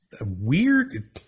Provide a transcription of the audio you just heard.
weird